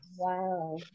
Wow